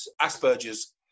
Asperger's